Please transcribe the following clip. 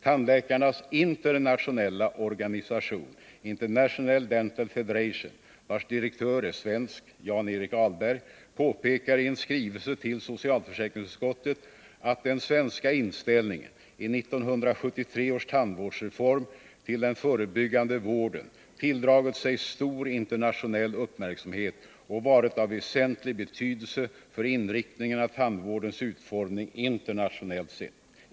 Tandläkarnas internationella organisation, International Dental Federation, vars direktör är svensk — Jan-Erik Ahlberg — påpekar i en skrivelse till socialförsäkringsutskottet att den svenska inställningen till den förebyggande vården i 1973 års tandvårdsreform tilldragit sig stor internationell uppmärksamhet och varit av väsentlig betydelse för inriktningen av tandvårdens utformning internationellt sett.